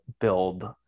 build